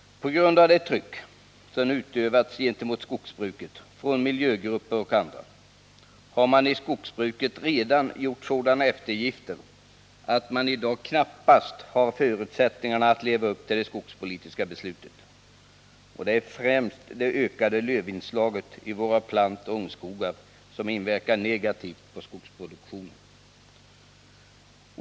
På grund av det tryck som utövats gentemot skogsbruket från miljögrupper och andra har man i skogsbruket redan gjort sådana eftergifter att man i dag knappast har förutsättningar att leva upp till det skogspolitiska beslutet. Det är främst det ökade lövinslaget i våra plantoch ungskogar som inverkar negativt på skogsproduktionen.